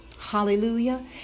Hallelujah